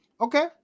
Okay